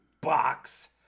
Box